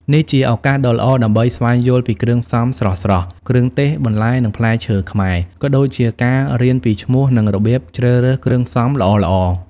នេះជាឱកាសដ៏ល្អដើម្បីស្វែងយល់ពីគ្រឿងផ្សំស្រស់ៗ គ្រឿងទេស បន្លែ និងផ្លែឈើខ្មែរ ក៏ដូចជាការរៀនពីឈ្មោះ និងរបៀបជ្រើសរើសគ្រឿងផ្សំល្អៗ ។